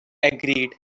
agreed